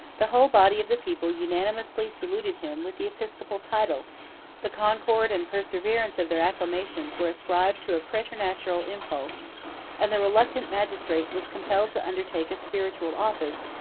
the whole body of the people unanimously saluted him with the episcopal title the concord and perseverance of their acclamations were ascribed to a praeternatural impulse and the reluctant magistrate was compelled to undertake a spiritual office,